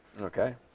Okay